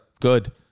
Good